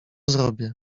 zrobię